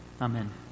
Amen